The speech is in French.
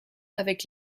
avec